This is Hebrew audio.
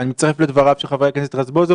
אני מצטרף לדבריו של ח"כ רזבוזוב,